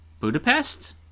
Budapest